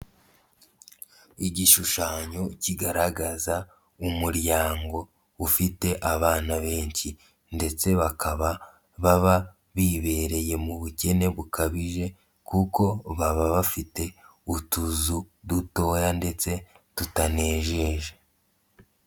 Igishushanyo kigaragaza umuryango ufite abana benshi ndetse bakaba baba bibereye mu bukene bukabije, kuko baba bafite utuzu dutoya ndetse tutanejeje.